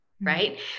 right